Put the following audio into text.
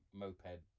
moped